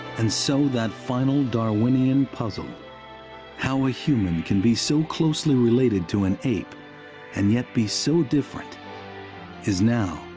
and so that final darwinian puzzle how a human can be so closely related to an ape and yet be so different is now,